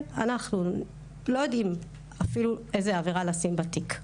אנחנו לא יודעים אפילו איזה עבירה לשים בתיק.